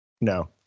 no